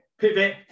Pivot